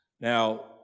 Now